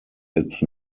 its